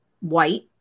white